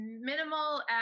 minimal